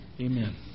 Amen